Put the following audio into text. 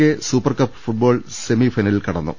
K super cup football സെമി ഫൈനലിൽ കടന്നു